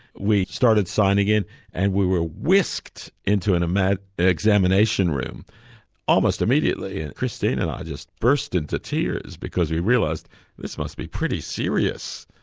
we started signing in and we were whisked into an examination room almost immediately. and christine and i just burst into tears because we realised this must be pretty serious.